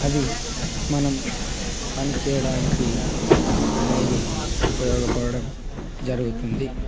అవి మనం పని చేయడానికి అనేది ఉపయోగపడడం జరుగుతుంది